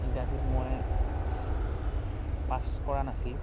ইণ্টাৰভিউত মই পাছ কৰা নাছিলোঁ